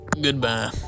Goodbye